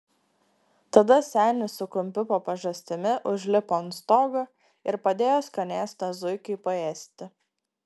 tada senis su kumpiu po pažastimi užlipo ant stogo ir padėjo skanėstą zuikiui paėsti